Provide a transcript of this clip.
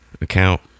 account